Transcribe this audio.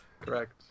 correct